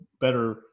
better